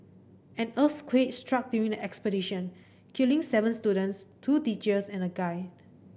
an earthquake struck during the expedition killing seven students two teachers and a guide